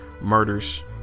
murders